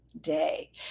day